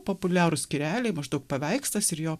populiarūs skyreliai maždaug paveikslas ir jo